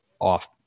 off